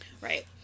Right